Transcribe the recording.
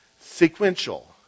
sequential